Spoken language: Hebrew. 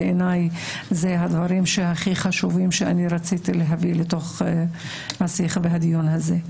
בעיניי הם הדברים הכי חשובים שרציתי להביא לתוך השיח והדיון הזה.